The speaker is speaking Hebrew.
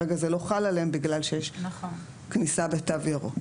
כרגע זה לא חל עליהם בגלל שיש כניסה בתו ירוק,